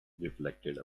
reflected